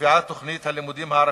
בקביעת תוכנית הלימודים הערבית,